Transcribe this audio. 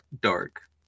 Dark